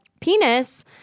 penis